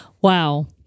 Wow